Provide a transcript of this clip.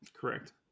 correct